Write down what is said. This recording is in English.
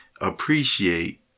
appreciate